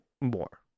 more